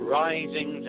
rising